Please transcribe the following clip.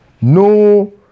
No